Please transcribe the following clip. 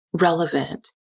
relevant